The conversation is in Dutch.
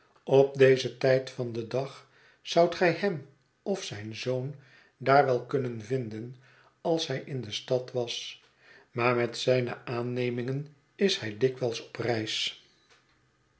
op dezen tijd van den dag zoudt gij hem of zijn zoon daar wel kunnen vinden als hij in de stad was maar met zijne aannemingen is hij dikwijls